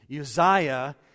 Uzziah